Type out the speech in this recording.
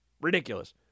Ridiculous